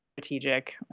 strategic